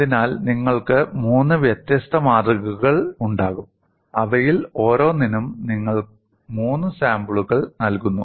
അതിനാൽ നിങ്ങൾക്ക് മൂന്ന് വ്യത്യസ്ത മാതൃകകൾ ഉണ്ടാകും അവയിൽ ഓരോന്നിനും നിങ്ങൾ മൂന്ന് സാമ്പിളുകൾ നൽകുന്നു